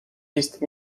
east